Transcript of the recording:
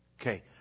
Okay